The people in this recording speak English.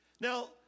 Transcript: Now